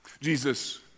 Jesus